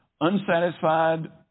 unsatisfied